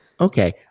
Okay